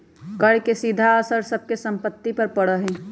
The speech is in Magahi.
कर के सीधा असर सब के सम्पत्ति पर भी पड़ा हई